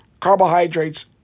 carbohydrates